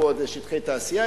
פה זה שטחי תעשייה,